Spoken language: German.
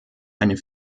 eine